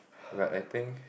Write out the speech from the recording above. but I think